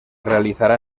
realizará